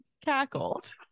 cackled